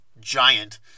giant